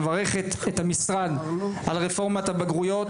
הוועדה מברכת את המשרד על רפורמת הבגרויות.